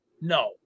No